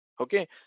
Okay